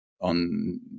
on